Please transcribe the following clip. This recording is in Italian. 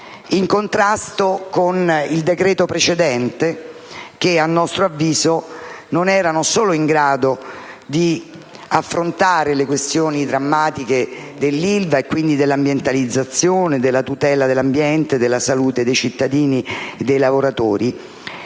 in contrasto con il decreto precedente, che, a nostro avviso, non era in grado di affrontare le questioni drammatiche dell'Ilva e, quindi, dell'ambientalizzazione, della tutela dell'ambiente e della salute dei cittadini e dei lavoratori.